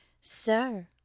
sir